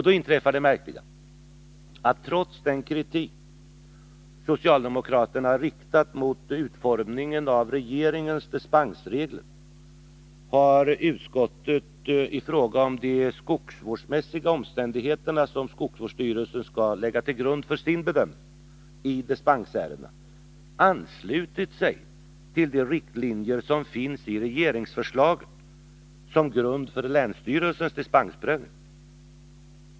Då inträffar det märkliga att trots den kritik som socialdemokraterna riktat mot utformningen av regeringens dispensregler, har utskottet i fråga om de skogsvårdsmässiga omständigheter som skogsvårdsstyrelsen skall lägga till grund för sin bedömning i dispensärenden anslutit sig till de riktlinjer som finns i regeringsförslaget som grund för länsstyrelsens dispensprövning.